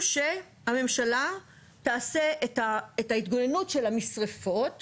למה אין גלאי עשן בכל בית?